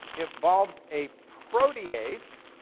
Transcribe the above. involves a protease